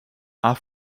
are